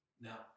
Now